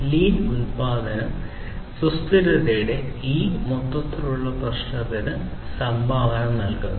lean ഉത്പാദനം സുസ്ഥിരതയുടെ ഈ മൊത്തത്തിലുള്ള പ്രശ്നത്തിന് സംഭാവന നൽകുന്നു